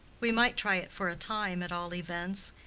we might try it for a time, at all events.